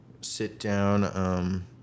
sit-down